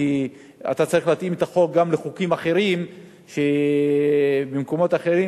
כי אתה צריך להתאים את החוק גם לחוקים אחרים במקומות אחרים,